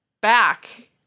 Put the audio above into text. back